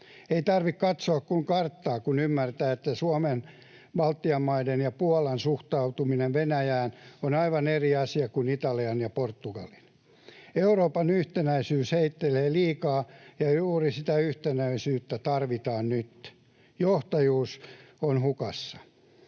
Ei tarvitse katsoa kuin karttaa, kun ymmärtää, että Suomen, Baltian maiden ja Puolan suhtautuminen Venäjään on aivan eri asia kuin Italian ja Portugalin. Euroopan yhtenäisyys heittelee liikaa, ja juuri sitä yhtenäisyyttä tarvitaan nyt. Johtajuus on hukassa.